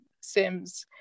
sims